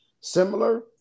similar